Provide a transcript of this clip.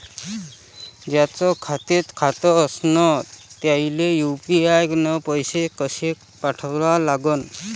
ज्याचं बँकेत खातं नसणं त्याईले यू.पी.आय न पैसे कसे पाठवा लागन?